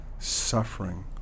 suffering